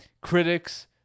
critics